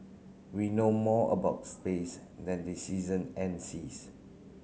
we know more about space than the season and the seas